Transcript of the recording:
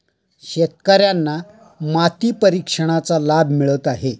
शेतकर्यांना माती परीक्षणाचा लाभ मिळत आहे